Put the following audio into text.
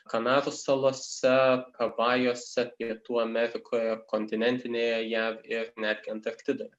kanarų salose havajuose rytų amerikoje kontinentinėje jav ir netgi antarktidoje